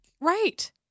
Right